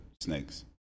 snakes